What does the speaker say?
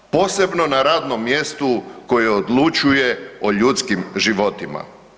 Posebno na radnom mjestu koje odlučuje o ljudskim životima.